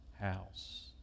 house